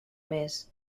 més